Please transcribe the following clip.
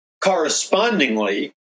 correspondingly